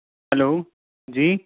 hello जी